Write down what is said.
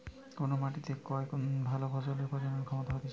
কোন মাটিতে কত ভালো ফসলের প্রজনন ক্ষমতা হতিছে